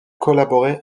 collaboré